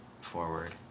forward